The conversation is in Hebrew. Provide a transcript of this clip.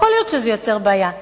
יכול להיות שזה יוצר בעיה.